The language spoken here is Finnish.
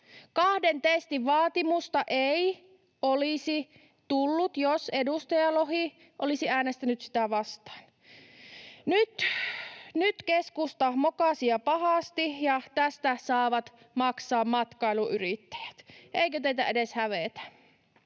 Kahden testin vaatimusta ei olisi tullut, jos edustaja Lohi olisi äänestänyt sitä vastaan. Nyt keskusta mokasi ja pahasti, ja tästä saavat maksaa matkailuyrittäjät. [Timo Heinonen: Kyllä!]